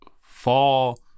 fall